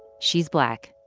she's black.